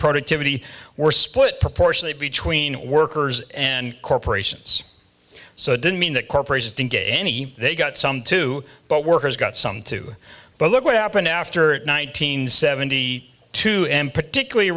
productivity were split proportionally between workers and corporations so it didn't mean that corporations didn't get any they got some too but workers got some too but look what happened after one nine hundred seventy two and particularly